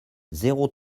zéro